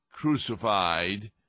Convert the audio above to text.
crucified